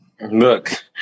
Look